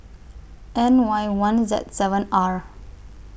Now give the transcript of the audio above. N Y one Z seven R